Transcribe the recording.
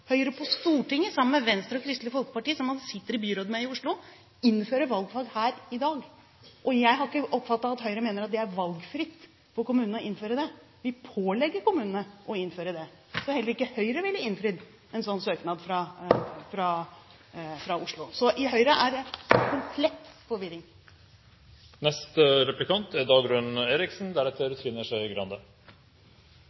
Høyre på Stortinget, sammen med Venstre og Kristelig Folkeparti, som man sitter i byrådet med i Oslo, innfører valgfag her i dag. Jeg har ikke oppfattet at Høyre mener at det er valgfritt for kommunene å innføre det, vi pålegger kommunene å innføre det. Heller ikke Høyre ville ha innfridd en sånn søknad fra Oslo. I Høyre er det komplett forvirring.